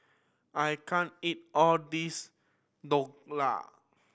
I can't eat all this Dhokla